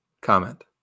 comment